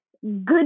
good